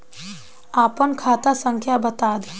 आपन खाता संख्या बताद